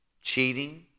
Cheating